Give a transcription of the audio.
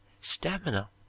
stamina